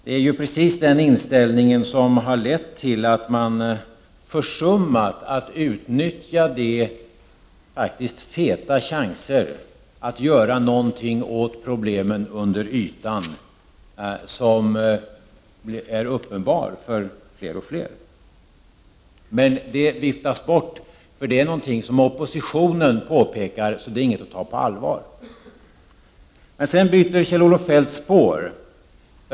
Det är precis den inställningen som har lett till att man försummat att utnyttja de feta chanser som funnits för att göra någonting åt problemen under ytan, vilka blir uppenbara för fler och fler. Men dessa problem viftas bort. Eftersom det är oppositionen som påtalar dem är de inte någonting att ta på allvar. Men sedan byter Kjell-Olof Feldt spår.